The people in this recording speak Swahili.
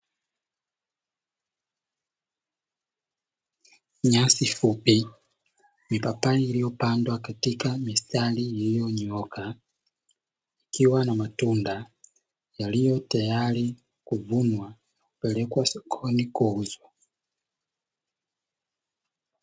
Nyasi fupi zilzopandwa katika mistari iliyonyooka ikiwa na matunda yaliyo tayari kuvunwa, kupelekwa sokoni kuuzwa.